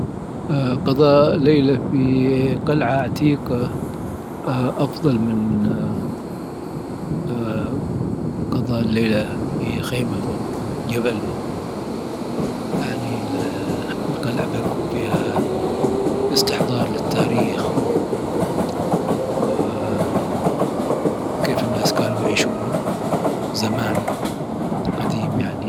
قضاء ليلة في قلعة عتيقة أفضل من قضاء ليلة في خيمة فوق جبل. يعني القلعة بيكون فيها إستحضار للتاريخ وكيف الناس كانوا يعيشون زمان، قديم يعني.